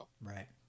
Right